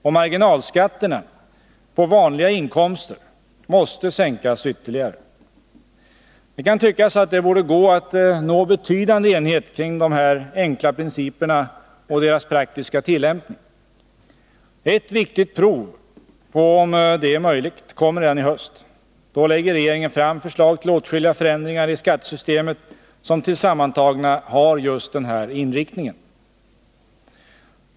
Och marginalskatterna på vanliga inkomster måste sänkas ytterligare. Det kan tyckas att det borde gå att nå betydande enighet kring dessa enkla principer och deras praktiska tillämpning. Ett viktigt prov på om det är möjligt kommer redan i höst. Då lägger regeringen fram förslag till åtskilliga förändringar i skattesystemet som tillsammantagna har just den här inriktningen.